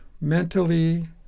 mentally